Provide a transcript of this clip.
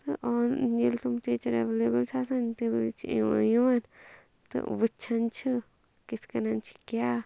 تہٕ آن ییٚلہِ تٕم ٹیٖچر ایولیبل چھِ آسان تہٕ وٕچھان چھِ کِتھ کنن چھِ کیٛاہ